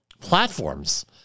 platforms